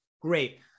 Great